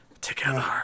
Together